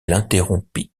l’interrompit